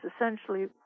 essentially